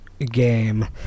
game